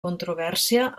controvèrsia